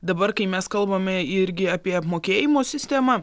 dabar kai mes kalbame irgi apie apmokėjimo sistemą